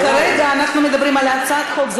אבל כרגע אנחנו מדברים על הצעת חוק.